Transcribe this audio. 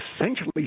essentially